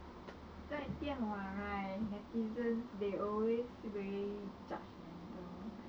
在电脑 right netizens they always very judgemental